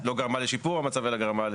לא גרמה לשיפור המצב, אלא גרמה,